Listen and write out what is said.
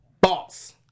Boss